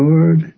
Lord